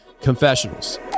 confessionals